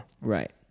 right